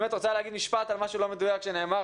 2,400 קיבלו אחר-כך הבטחת הכנסה,